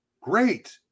great